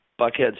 Buckhead